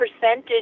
percentage